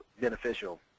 beneficial